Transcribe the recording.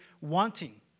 wanting